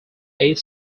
eight